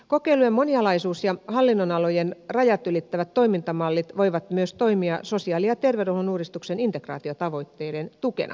kokeilujen monialaisuus ja hallinnonalojen rajat ylittävät toimintamallit voivat myös toimia sosiaali ja terveydenhuollon uudistuksen integraatiotavoitteiden tukena